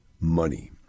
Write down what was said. money